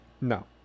no